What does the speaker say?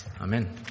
Amen